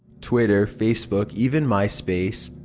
twitter, facebook, even myspace.